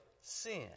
sin